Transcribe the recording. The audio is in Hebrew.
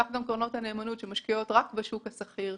כך גם קרנות נאמנות שמשקיעות רק בשוק הסחיר.